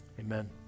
amen